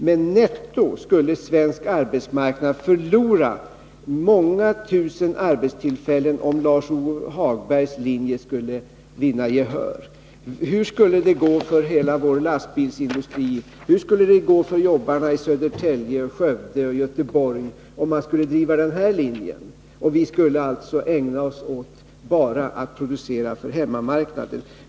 Men totalt skulle svensk arbetsmarknad förlora många tusen arbetstillfällen om Lars-Ove Hagberg skulle vinna gehör för sin linje. Hur skulle det gå för hela vår lastbilsindustri? Hur skulle det gå för jobbarna i Södertälje, Skövde och Göteborg om man skulle driva denna linje och vi alltså skulle ägna oss bara åt att producera för hemmamarknaden?